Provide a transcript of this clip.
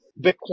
Bitcoin